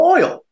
Oil